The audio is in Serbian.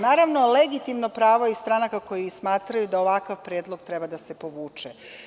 Naravno, legitimno pravo je i stranaka koje smatraju da ovakav predlog treba da se povuče.